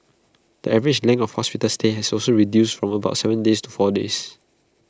the average length of hospital stay has also reduced from about Seven days to four days